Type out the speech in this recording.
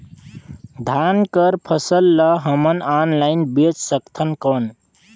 धान कर फसल ल हमन ऑनलाइन बेच सकथन कौन?